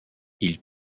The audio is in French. ils